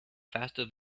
faster